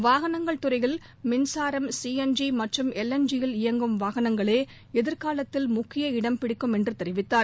வாகனங்கள் துறையில் மின்சாரம் சிஎன்ஜி மற்றும் எல்என்ஜியில் இயங்கும் வாகனங்களே எதிர்காலத்தில் முக்கிய இடம்பிடிக்கும் என்று தெரிவித்தார்